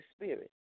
Spirit